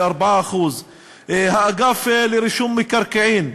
זה 4%. האגף לרישום מקרקעין,